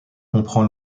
comprend